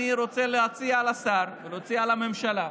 אני רוצה להציע לשר, להציע לממשלה,